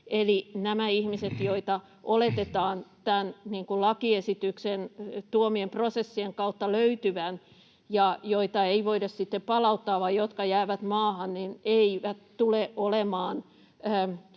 Eli näitä ihmisiä, joita oletetaan tämän lakiesityksen tuomien prosessien kautta löytyvän ja joita ei voida sitten palauttaa vaan jotka jäävät maahan, ei tule olemaan